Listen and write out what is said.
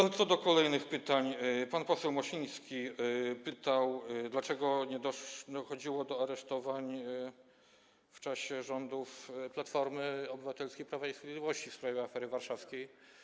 Jeśli chodzi o kolejne pytania, to pan poseł Mosiński pytał, dlaczego nie dochodziło do aresztowań w czasie rządów Platformy Obywatelskiej i Prawa i Sprawiedliwości w sprawie afery warszawskiej.